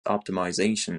optimization